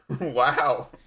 Wow